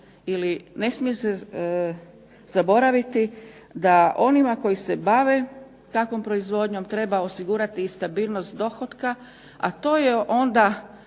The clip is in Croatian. ili ne smije se zaboraviti da onima koji se bave takvom proizvodnjom treba osigurati i stabilnost dohotka, a to je onda